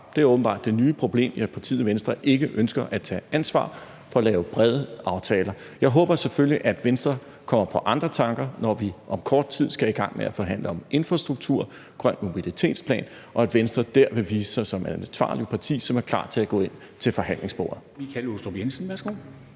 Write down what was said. Det er åbenbart det nye problem, altså at partiet Venstre ikke ønsker at tage ansvar for at lave brede aftaler. Jeg håber selvfølgelig, at Venstre kommer på andre tanker, når vi om kort tid skal i gang med at forhandle om infrastruktur og en grøn mobilitetsplan, og at Venstre dér vil vise sig som et ansvarligt parti, som er klar til at gå ind til forhandlingsbordet.